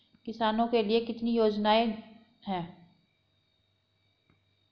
किसानों के लिए कितनी योजनाएं हैं?